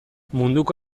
munduko